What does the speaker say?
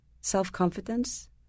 self-confidence